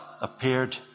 appeared